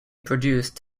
produced